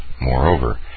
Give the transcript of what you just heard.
Moreover